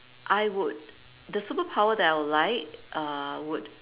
I would the superpower that I would like err would